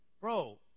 bro